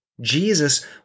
Jesus